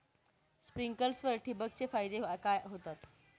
Sprinklers ठिबक चे फायदे काय होतात?